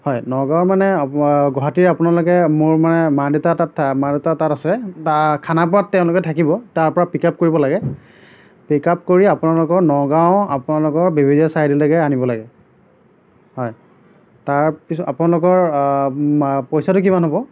হয় নগাঁৱৰ মানে গুৱাহাটীৰ আপোনালোকে মোৰ মানে মা দেউতা তাত মা দেউতা তাত আছে তা খানাপাৰাত তেওঁলোকে থাকিব তাৰপৰা পিক আপ কৰিব লাগে পিক আপ কৰি আপোনালোকৰ নগাঁও আপোনালোকৰ বেবেজীয়া ছাইডলৈকে আনিব লাগে হয় তাৰপিছত আপোনালোকৰ পইচাটো কিমান হ'ব